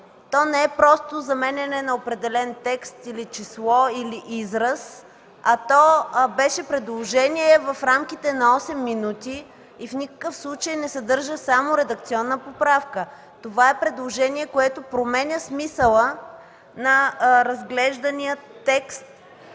то не е просто заменяне на определен текст или число, или израз, а то беше предложение в рамките на 8 минути и в никакъв случай не съдържа само редакционна поправка. Това предложение променя смисъла на разглеждания текст